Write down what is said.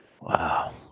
Wow